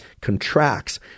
contracts